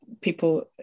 people